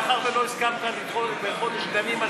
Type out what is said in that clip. מאחר שלא הסכמת לדחות את זה בחודש ימים,